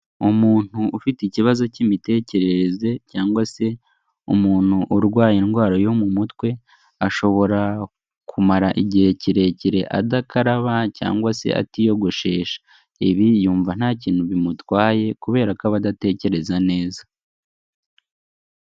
Umuntu ufite ikibazo cy'imitekerereze cyangwa se umuntu urwaye indwara yo mu mutwe, ashobora kumara igihe kirekire adakaraba cyangwa se atiyogoshesha. Ibi yumva nta kintu bimutwaye kubera ko aba adatekereza neza.